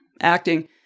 acting